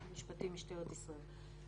ממשטרת ישראל.